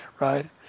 Right